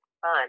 fun